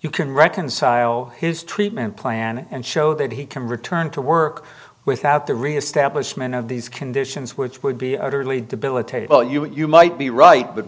you can reconcile his treatment plan and show that he can return to work without the reestablishment of these conditions which would be utterly debilitate well you what you might be right but